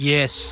Yes